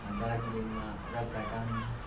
दार्जिलिङमा rock garden